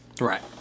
Right